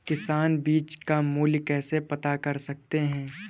किसान बीज का मूल्य कैसे पता कर सकते हैं?